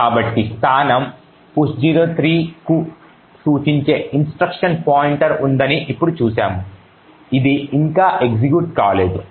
కాబట్టి స్థానం push03 కు సూచించే ఇన్స్ట్రక్షన్ పాయింటర్ ఉందని ఇప్పుడు చూశాము ఇది ఇంకా ఎగ్జిక్యూట్ కాలేదు